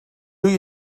you